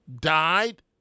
died